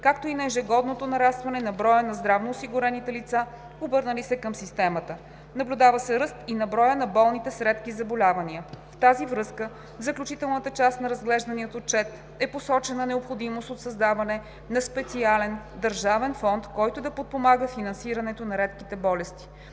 както и на ежегодното нарастване на броя на здравноосигурените лица, обърнали се към системата. Наблюдава се ръст и на броя на болните с редки заболявания. В тази връзка в заключителната част на разглеждания отчет е посочена необходимост от създаване на специален (държавен) фонд, който да подпомага финансирането на редките болести.